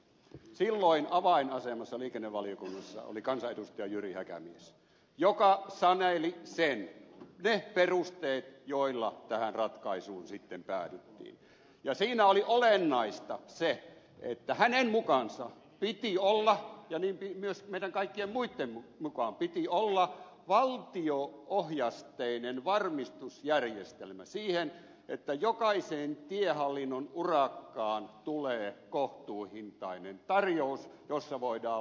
silloin avainasemassa liikennevaliokunnassa oli kansanedustaja jyri häkämies joka saneli ne perusteet joilla tähän ratkaisuun sitten päädyttiin ja siinä oli olennaista se että hänen mukaansa piti olla ja niin myös meidän kaikkien muitten mukaan piti olla valtio ohjasteinen varmistusjärjestelmä siihen että jokaiseen tiehallinnon urakkaan tulee kohtuuhintainen tarjous jossa voidaan laatu varmistaa